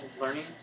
Learning